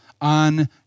on